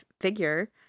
figure